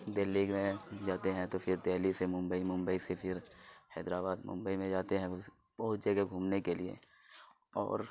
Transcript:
دہلی گئے یا جاتے ہیں تو پھر دہلی سے ممبئی ممبئی سے پھر حیدرآباد ممبئی میں جاتے ہیں بہت جگہ گھومنے کے لیے اور